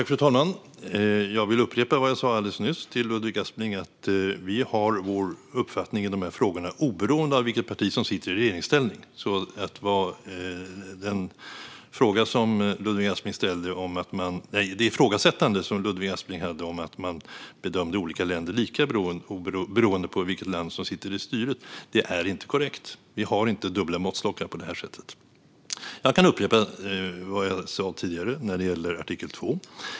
Fru talman! Jag vill upprepa vad jag sa alldeles nyss till Ludvig Aspling: Vi har vår uppfattning i de här frågorna oberoende av vilket parti som sitter i regeringsställning. Ludvig Aspling ifrågasatte att vi bedömer olika länder lika och menade att det är beroende av vilket parti som sitter vid styret. Detta är inte korrekt. Vi har inte dubbla måttstockar på det sättet. Jag kan upprepa vad jag sa tidigare när det gäller artikel 2.